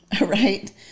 right